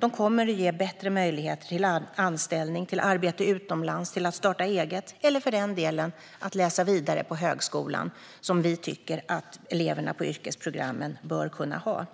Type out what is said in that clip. De kommer att ge större möjligheter till anställning, till arbete utomlands, till att starta eget eller till att läsa vidare på högskolan - möjligheter som vi tycker att eleverna på yrkesprogrammen bör kunna ha.